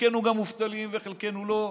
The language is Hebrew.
וחלקנו גם מובטלים וחלקנו לא.